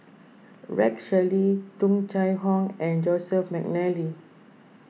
Rex Shelley Tung Chye Hong and Joseph McNally